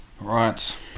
right